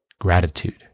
gratitude